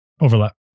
overlap